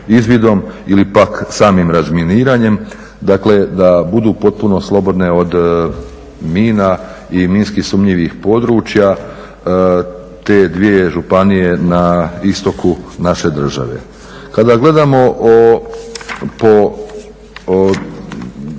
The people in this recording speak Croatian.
izvidom ili pak samim razminiranjem. Dakle da budu potpuno slobodne od mina i minski sumnjivih područja te dvije županije na istoku naše države. Kada gledamo samu